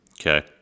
okay